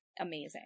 amazing